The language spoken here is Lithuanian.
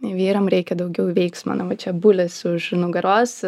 vyram reikia daugiau veiksmo na va čia bulius už nugaros